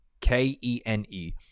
K-E-N-E